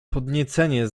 podniecenie